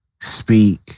speak